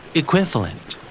equivalent